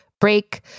break